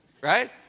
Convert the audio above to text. Right